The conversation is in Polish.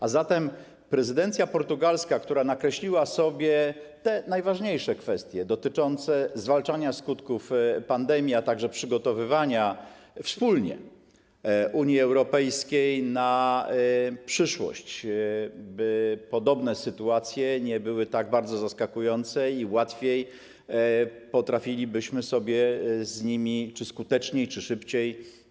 A zatem prezydencja portugalska nakreśliła najważniejsze kwestie dotyczące zwalczania skutków pandemii, a także przygotowywania wspólnie Unii Europejskiej na przyszłość, by podobne sytuacje nie były tak bardzo zaskakujące i byśmy potrafili sobie z nimi radzić łatwiej, skuteczniej czy szybciej.